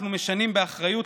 אנחנו משנים באחריות,